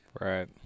right